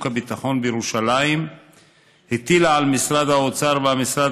הביטחון בירושלים הטילה על משרד האוצר והמשרד